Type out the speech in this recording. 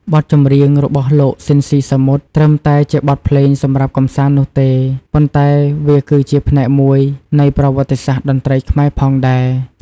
បទចម្រៀងរបស់លោក ស៊ីន ស៊ីសាមុត ត្រឹមតែជាបទភ្លេងសម្រាប់កម្សាន្តនោះទេ ប៉ុន្តែវាគឺជាផ្នែកមួយនៃប្រវត្តិសាស្ត្រតន្ត្រីខ្មែរផងដែរ។